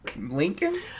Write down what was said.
Lincoln